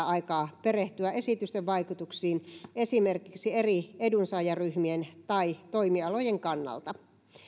aikaa perehtyä esitysten vaikutuksiin esimerkiksi eri edunsaajaryhmien tai toimialojen kannalta